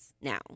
now